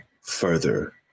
further